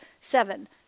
seven